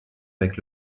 avec